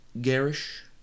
garish